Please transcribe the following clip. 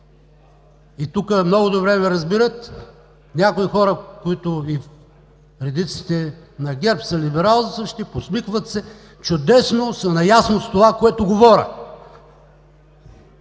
и тук много добре ме разбират някои хора, които и в редиците на ГЕРБ са либeралстващи, подсмихват се – чудесно, са наясно с това, което говоря.